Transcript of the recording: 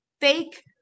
fake